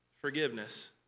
forgiveness